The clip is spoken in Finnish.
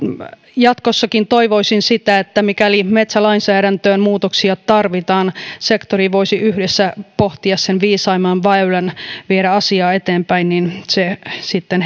jatkossakin toivoisin sitä että mikäli metsälainsäädäntöön muutoksia tarvitaan sektori voisi yhdessä pohtia sen viisaimman väylän viedä asiaa eteenpäin niin että se sitten